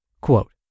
Quote